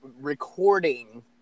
recording